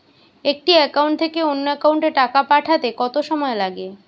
একটি একাউন্ট থেকে অন্য একাউন্টে টাকা পাঠাতে কত সময় লাগে?